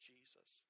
Jesus